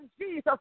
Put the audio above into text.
Jesus